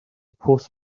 pws